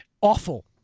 awful